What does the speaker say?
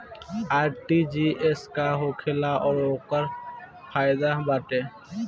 RTGS का होखेला और ओकर का फाइदा बाटे?